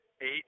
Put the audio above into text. Eight